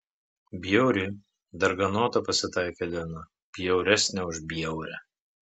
bjauri darganota pasitaikė diena bjauresnė už bjaurią